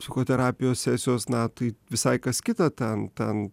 psichoterapijos sesijos na tai visai kas kita ten ten